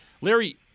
Larry